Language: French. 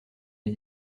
les